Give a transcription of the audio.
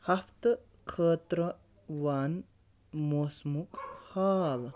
ہفتہٕ خٲطرٕ وَن موسمُک حال